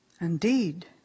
Indeed